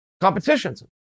competitions